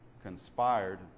conspired